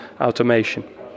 automation